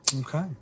Okay